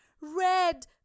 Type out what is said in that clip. Red